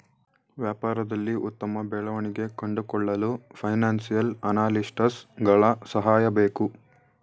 ವ್ಯಾಪಾರದಲ್ಲಿ ಉತ್ತಮ ಬೆಳವಣಿಗೆ ಕಂಡುಕೊಳ್ಳಲು ಫೈನಾನ್ಸಿಯಲ್ ಅನಾಲಿಸ್ಟ್ಸ್ ಗಳ ಸಹಾಯ ಬೇಕು